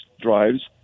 drives